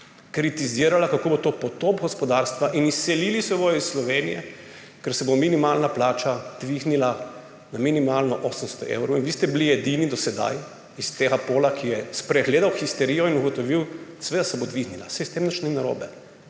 kritizirala, kako bo to potop gospodarstva in izselili se bodo iz Slovenije, ker se bo minimalna plača dvignila na minimalno 800 evrov, in vi ste bili edini do sedaj iz tega pola, ki je spregledal histerijo in ugotovil, seveda se bo dvignila, saj s tem nič ni narobe.